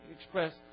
express